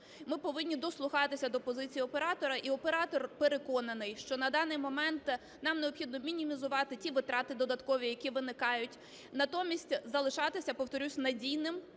Ми повинні дослухатися до позиції оператора, і оператор переконаний, що на даний момент нам необхідно мінімізувати ті витрати додаткові, які виникають. Натомість залишатися, повторюся, надійним